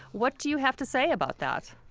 what do you have to say about that?